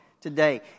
today